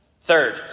Third